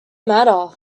matter